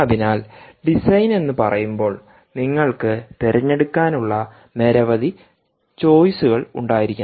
അതിനാൽ ഡിസൈൻ എന്ന് പറയുമ്പോൾ നിങ്ങൾക്ക് തിരഞ്ഞെടുക്കാനുള്ള നിരവധി ചോയ്സുകൾ ഉണ്ടായിരിക്കണം